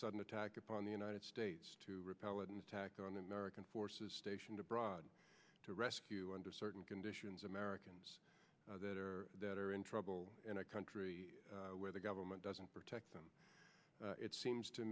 sudden attack upon the united states to repel an attack on america forces stationed abroad to rescue under certain conditions americans that are that are in trouble in a country where the government doesn't protect them it seems to